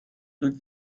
good